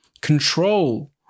control